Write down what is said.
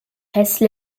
presse